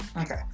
Okay